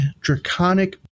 draconic